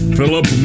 Philip